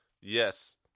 Yes